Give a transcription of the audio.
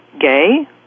gay